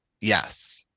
yes